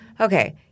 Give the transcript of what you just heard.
okay